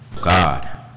God